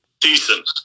Decent